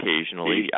occasionally